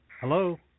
Hello